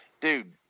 Dude